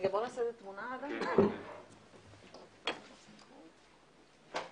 בשעה 10:56.